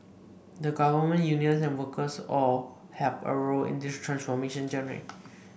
the Government unions and workers all have a role in this transformation journey